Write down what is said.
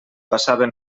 passaven